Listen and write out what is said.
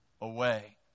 away